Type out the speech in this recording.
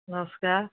ନମସ୍କାର